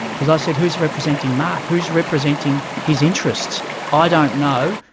because i said, who's representing mark? who's representing his interests i don't know,